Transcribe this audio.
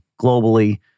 globally